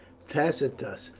tacitus,